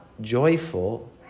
joyful